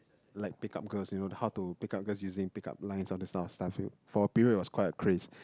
like pick up girls you know how to pick up girls using pick up lines all these type of stuff for a period it will quite a craze